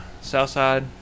Southside